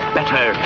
Better